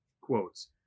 quotes